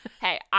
Hey